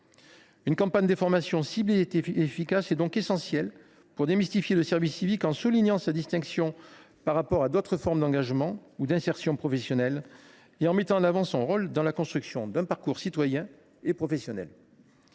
une campagne d’information ciblée et efficace pour démythifier le service civique, en soulignant sa distinction par rapport à d’autres formes d’engagement ou d’insertion professionnelle, et en mettant en avant son rôle dans la construction d’un parcours citoyen et professionnel.